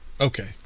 Okay